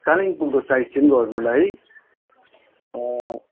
कालिम्पोङको sightseeing गर्नुलाई